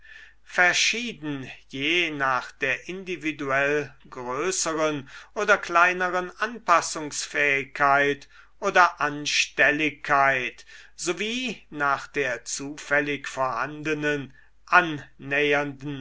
verschieden je nach der individuell größeren oder kleineren anpassungsfähigkeit oder anstelligkeit sowie nach der zufällig vorhandenen annähernden